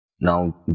Now